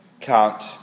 count